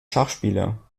schachspieler